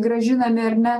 grąžinami ar ne